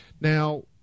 Now